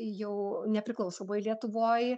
jau nepriklausomoj lietuvoj